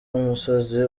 musozi